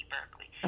Berkeley